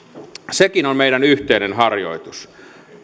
sekin on meidän yhteinen harjoituksemme